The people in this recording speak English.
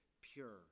pure